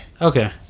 okay